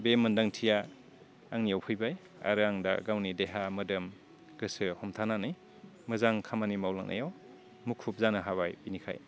बे मोन्दांथिया आंनियाव फैबाय आरो आं दा गावनि देहा मोदोम गोसो हमथानानै मोजां खामानि मावलांनायाव मुखुब जानो हाबाय बिनिखाय